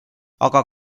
aga